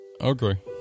Okay